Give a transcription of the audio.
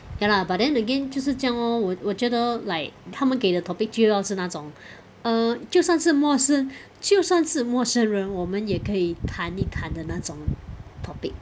ya lah but then again 就是这样 lor 我我觉得 like 他们给的 topic 就要是要那种 err 就算是陌生就算是陌生人我们也可以谈一谈的那种 topic